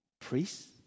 priests